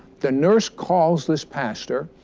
the nurse calls this pastor.